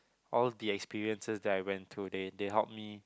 all the experiences that I went through they they help me